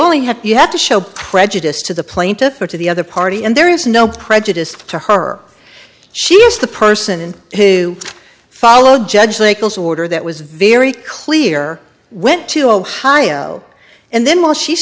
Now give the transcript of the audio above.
only have you have to show prejudice to the plaintiffs or to the other party and there is no prejudice to her she is the person who followed judge legals order that was very clear went to ohio and then while she